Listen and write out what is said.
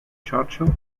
churchill